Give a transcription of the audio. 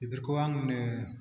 बेफोरखौ आंनो